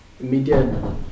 Media